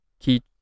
key